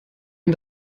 ihm